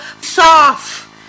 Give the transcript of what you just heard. soft